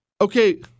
okay